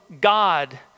God